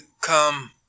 come